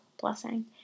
blessing